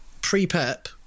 Pre-Pep